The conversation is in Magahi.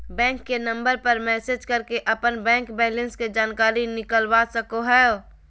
बैंक के नंबर पर मैसेज करके अपन बैंक बैलेंस के जानकारी निकलवा सको हो